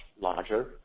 larger